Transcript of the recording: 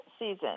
season